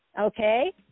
Okay